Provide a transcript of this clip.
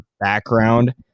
background